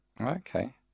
Okay